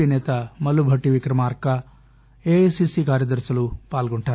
P సేత Mallu భట్టీవిక్రమార్క AICC కార్యదర్శులు పాల్గొంటారు